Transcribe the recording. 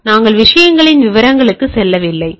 எனவே நாங்கள் விஷயங்களின் விவரங்களுக்கு செல்லவில்லை